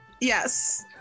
Yes